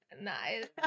nice